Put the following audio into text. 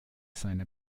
seine